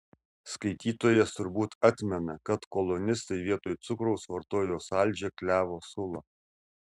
skaitytojas turbūt atmena kad kolonistai vietoj cukraus vartojo saldžią klevo sulą